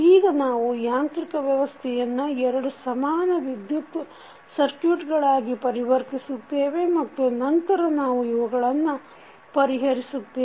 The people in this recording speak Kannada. ಈಗ ನಾವು ಯಾಂತ್ರಿಕ ವ್ಯವಸ್ಥೆಯನ್ನು ಎರಡು ಸಮಾನ ವಿದ್ಯುತ್ ಸಕ್ರ್ಯುಟ್ಗಳಾಗಿ ಪರಿವರ್ತಿಸುತ್ತೇವೆ ಮತ್ತು ನಂತರ ನಾವು ಇವುಗಳನ್ನು ಪರಿಹರಿಸುತ್ತೇವೆ